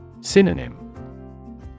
Synonym